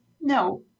no